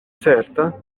certa